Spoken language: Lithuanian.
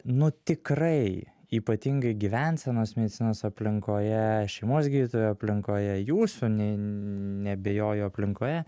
nu tikrai ypatingai gyvensenos medicinos aplinkoje šeimos gydytojų aplinkoje jūsų ne neabejoju aplinkoje